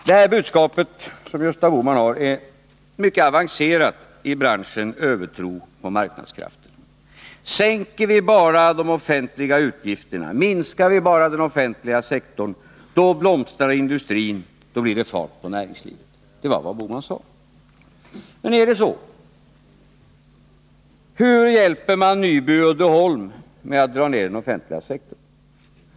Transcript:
Detta budskap som Gösta Bohman har är mycket avancerat i branschen övertro på marknadskrafterna. Sänker vi bara de offentliga utgifterna, minskar vi bara den offentliga sektorn, då blomstrar industrin, då blir det fart på näringslivet — det var vad Gösta Bohman sade. Men är det så? Hur hjälper man Nyby Uddeholm genom att dra ner den offentliga sektorn?